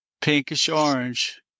pinkish-orange